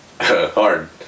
Hard